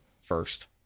first